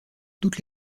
toutes